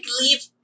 leave